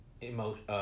emotion